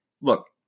Look